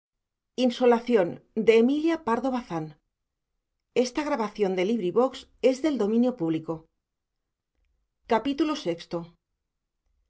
amorosa emilia pardo bazán